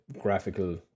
graphical